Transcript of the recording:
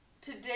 Today